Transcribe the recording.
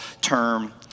term